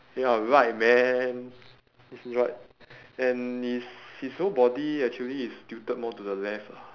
you're right man and his his whole body actually is tilted more to the left ah